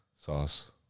sauce